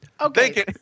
Okay